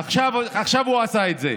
עכשיו, עכשיו הוא עשה את זה.